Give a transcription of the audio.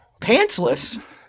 Pantsless